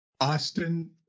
Austin